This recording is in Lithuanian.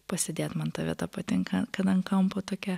pasėdėt man ta vieta patinka kad ant kampo tokia